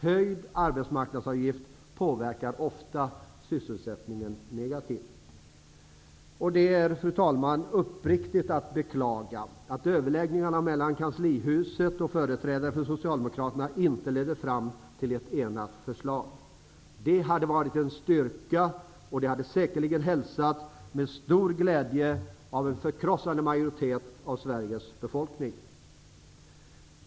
Höjd arbetsmarknadsavgift påverkar ofta sysselsättningen negativt. Fru talman! Jag beklagar uppriktigt att överläggningarna mellan företrädare för kanslihuset och för Socialdemokraterna inte ledde fram till ett enat förslag. Det hade varit en styrka, och det hade säkert hälsats med stor glädje av en förkrossande majoritet av Sveriges befolkning.